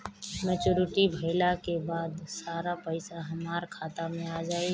Maturity भईला के बाद सारा पईसा हमार खाता मे आ जाई न?